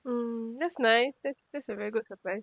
mm that's nice that's that's a very good surprise